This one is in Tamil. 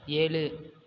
ஏழு